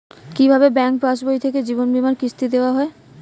কি ভাবে ব্যাঙ্ক পাশবই থেকে জীবনবীমার কিস্তি দেওয়া হয়?